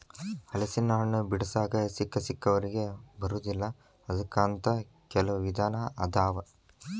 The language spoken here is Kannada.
ಹಲಸಿನಹಣ್ಣ ಬಿಡಿಸಾಕ ಸಿಕ್ಕಸಿಕ್ಕವರಿಗೆ ಬರುದಿಲ್ಲಾ ಅದಕ್ಕ ಅಂತ ಕೆಲ್ವ ವಿಧಾನ ಅದಾವ